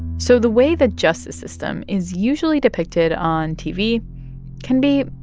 so the way the justice system is usually depicted on tv can be,